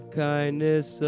kindness